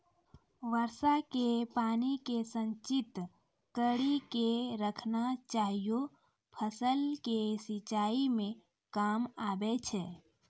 वर्षा के पानी के संचित कड़ी के रखना चाहियौ फ़सल के सिंचाई मे काम आबै छै?